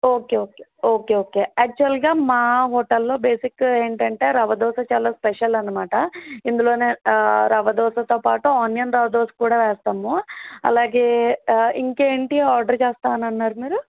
okay okay okay okay యాక్చువల్గా మా హోటల్లో బేసిక్ ఏంటంటే రవ దోస చాలా స్పెషల్ అన్నమాట ఇందులో రవదోస తో పాటు ఆనియన్ రవ దోస కూడా వేస్తాము అలాగే ఇంకా ఏంటి ఆర్డర్ చేస్తానని అన్నారు మీరు